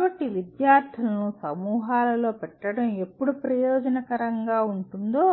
కాబట్టి విద్యార్థులను సమూహాలలో పెట్టడం ఎప్పుడు ప్రయోజనకరంగా ఉంటుందో